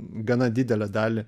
gana didelę dalį